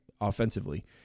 offensively